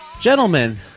gentlemen